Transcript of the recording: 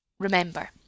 Remember